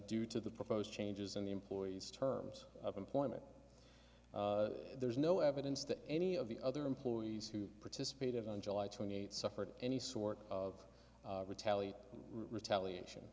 due to the proposed changes in the employee's terms of employment there's no evidence that any of the other employees who participated on july twenty eighth suffered any sort of retaliate in retaliation